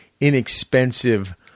inexpensive